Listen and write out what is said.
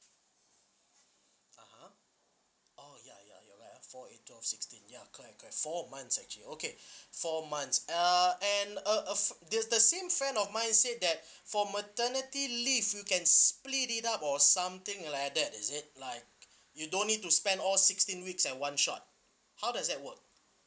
(uh huh) oh ya ya you are right four eight twelve sixteen ya correct correct four months actually okay four months uh and uh uh for the the same friend of mine say that for maternity leave you can split it up or something like that is it like you don't need to spend all sixteen weeks at one shot how does that work